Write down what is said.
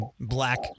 black